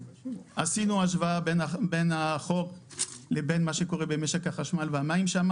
עשינו השוואה בין החוק לבין מה שקורה במשק החשמל והמים שם,